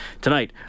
tonight